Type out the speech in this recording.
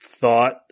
thought